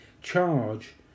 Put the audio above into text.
charge